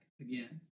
again